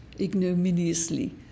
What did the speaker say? ignominiously